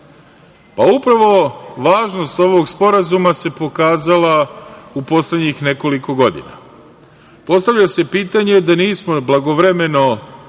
Pa, upravo važnost ovog sporazuma se pokazala u poslednjih nekoliko godina. Postavlja se pitanje da nismo blagovremeno